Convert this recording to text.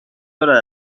دارد